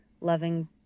loving